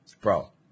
Bro